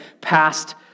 past